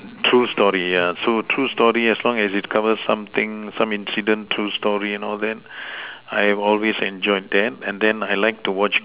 true story yeah so true story as long as it cover something some incident true story and all that I have always enjoyed that and then I like to watch